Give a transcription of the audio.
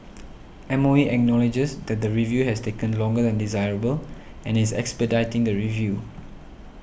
M O E acknowledges that the review has taken longer than desirable and is expediting the review